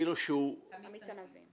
מיץ ענבים.